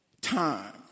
Time